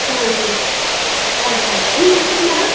ಹಾಂ ಹಾಂ ಆಯ್ತು ಆಯಿತು ನಿಮ್ಮ ಹೆಸರು ಮೇಡಮ್